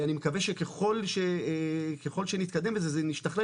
אני מקווה שככל שנתקדם בזה אנחנו נשתכלל